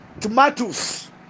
tomatoes